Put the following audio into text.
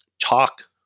talk